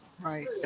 Right